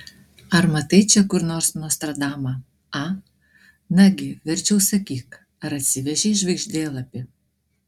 ar matai čia kur nors nostradamą a nagi verčiau sakyk ar atsivežei žvaigždėlapį